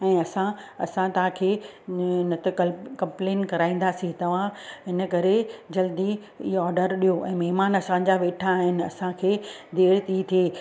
ऐं असां असां तव्हांखे न त कल्ह कंप्लेन कराईंदासी तव्हां हिन करे जल्दी इहो ऑडर ॾियो ऐं महिमान असांजा वेठा आहिनि असांखे देरि थी थिए